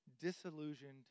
disillusioned